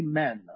men